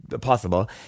possible